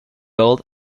old